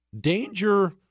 Danger